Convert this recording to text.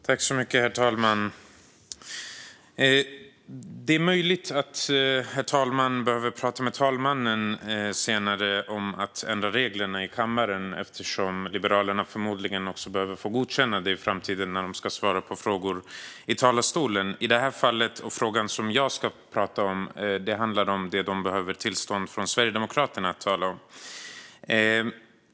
Herr talman! Det är möjligt att herr talmannen behöver prata med talman Andreas Norlén senare om att ändra reglerna i kammaren eftersom Liberalerna förmodligen behöver få godkännanden i framtiden när de ska svara på frågor i talarstolen. Det här fallet - frågan som jag ska prata om - handlar om det de behöver tillstånd av Sverigedemokraterna för att tala om.